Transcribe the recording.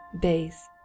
base